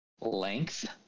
length